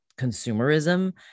consumerism